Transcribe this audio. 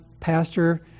pastor